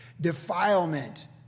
Defilement